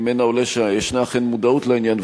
שממנה עולה שיש אכן מודעות לעניין.